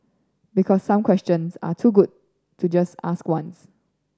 because some questions are too good to just ask once